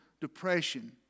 depression